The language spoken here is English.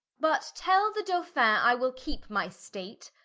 but tell the dolphin, i will keepe my state,